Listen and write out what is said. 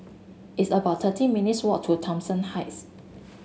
it's about thirty minutes' walk to Thomson Heights